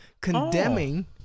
Condemning